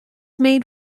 made